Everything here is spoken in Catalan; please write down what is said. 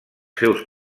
seus